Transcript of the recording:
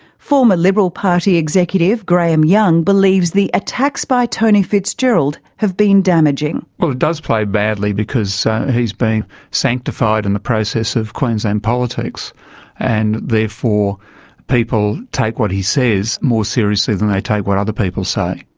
former liberal party executive graham young believes the attacks by tony fitzgerald have been damaging. well, it does play badly because he's been sanctified in the process of queensland politics and therefore people take what he says more seriously than they take what other people say.